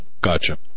Gotcha